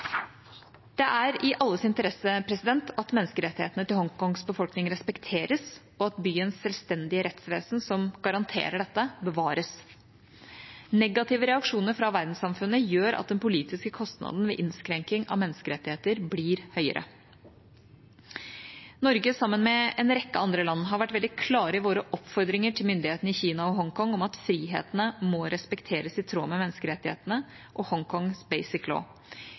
Det er i alles interesse at menneskerettighetene til Hongkongs befolkning respekteres, og at byens selvstendige rettsvesen som garanterer dette, bevares. Negative reaksjoner fra verdenssamfunnet gjør at den politiske kostnaden ved innskrenking av menneskerettigheter blir høyere. Norge, sammen med en rekke andre land, har vært veldig klare i våre oppfordringer til myndighetene i Kina og Hongkong om at frihetene må respekteres i tråd med menneskerettighetene og Hongkongs Basic